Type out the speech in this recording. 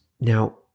Now